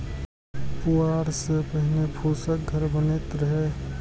पुआर सं पहिने फूसक घर बनैत रहै